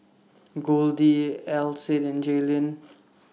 Goldie Alcide and Jaylyn